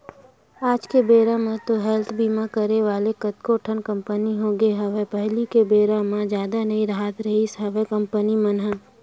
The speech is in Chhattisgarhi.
आज के बेरा म तो हेल्थ बीमा करे वाले कतको ठन कंपनी होगे हवय पहिली बेरा म जादा नई राहत रिहिस हवय कंपनी मन ह